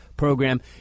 program